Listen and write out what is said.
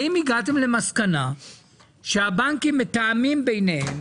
האם הגעתם למסקנה שהבנקים מתאמים ביניהם?